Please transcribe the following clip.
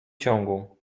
ciągu